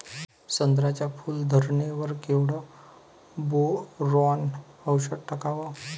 संत्र्याच्या फूल धरणे वर केवढं बोरोंन औषध टाकावं?